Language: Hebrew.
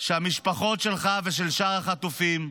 שהמשפחות שלך ושל שאר החטופים,